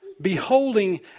beholding